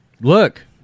Look